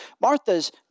Martha's